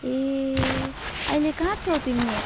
ए अहिले कहाँ छौ तिमी